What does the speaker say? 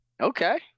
Okay